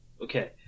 Okay